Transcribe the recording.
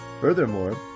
Furthermore